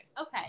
Okay